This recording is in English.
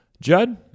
Judd